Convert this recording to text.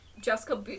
Jessica